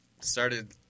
Started